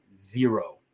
Zero